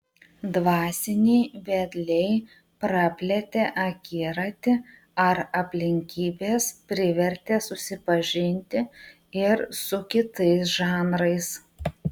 dvasiniai vedliai praplėtė akiratį ar aplinkybės privertė susipažinti ir su kitais žanrais